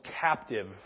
captive